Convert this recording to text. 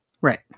Right